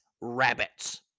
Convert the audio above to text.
rabbits